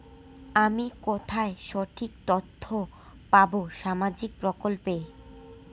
আমি কোথায় সঠিক তথ্য পাবো সামাজিক প্রকল্পের?